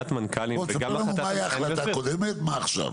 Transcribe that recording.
ספר לנו מה הייתה ההחלטה הקודמת ומה עכשיו.